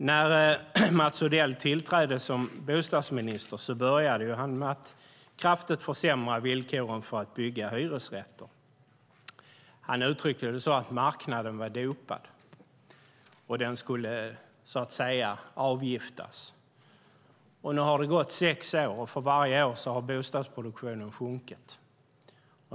När Mats Odell tillträdde som bostadsminister började han med att kraftigt försämra villkoren för att bygga hyresrätter. Han uttryckte det som att marknaden var dopad och att den skulle så att säga avgiftas. Nu har det gått sex år, och för varje år har bostadsproduktionen sjunkit.